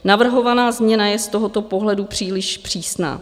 Navrhovaná změna je z tohoto pohledu příliš přísná.